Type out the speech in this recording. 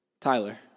Tyler